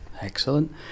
Excellent